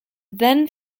then